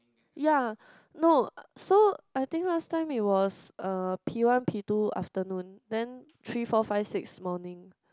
ya no so I think last time it was uh P one P two afternoon then three four five six morning